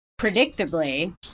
Predictably